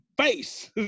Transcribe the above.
face